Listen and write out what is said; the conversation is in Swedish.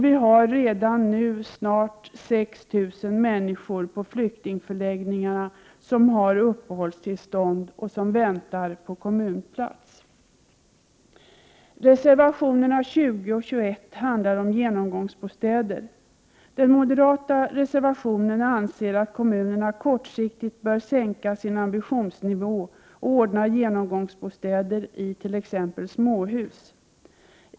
Vi har redan nu nästan 6 000 människor på flyktingförläggningarna som har uppehållstillstånd och som väntar på kommunplats. Reservationerna 20 och 21 handlar om genomgångsbostäder. I den moderata reservationen anser man att kommunerna kortsiktigt bör sänka sin ambitionsnivå och ordna genomgångsbostäder i t.ex. småhus.